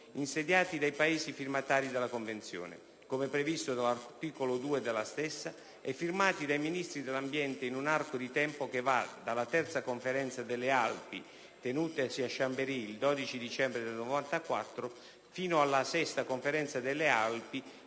insediati dai Paesi firmatari della Convenzione, come previsto dall'articolo 2 della stessa, e firmati dai Ministri dell'ambiente in un arco di tempo che va dalla III Conferenza delle Alpi tenutasi a Chambéry il 12 dicembre 1994 fino alla VI Conferenza delle Alpi,